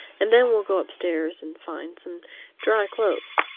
and then we'll go upstairs and find some dry clothes.